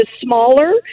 smaller